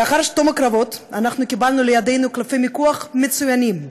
לאחר תום הקרבות קיבלנו לידינו קלפי מיקוח מצוינים,